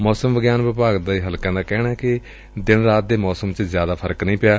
ਮੌਸਮ ਵਿਗਿਆਨ ਵਿਭਾਗ ਦੇ ਹਲਕਿਆਂ ਦਾ ਕਹਿਣੈ ਕਿ ਦਿਨ ਰਾਤ ਦੇ ਮੌਸਮ ਚ ਜ਼ਿਆਦਾ ਫ਼ਰਕ ਨਹੀ ਪਿਆ